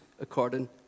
according